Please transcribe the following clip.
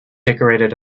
decorated